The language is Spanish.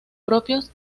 propios